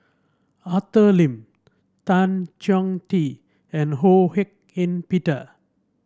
Arthur Lim Tan Chong Tee and Ho Hak Ean Peter